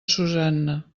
susanna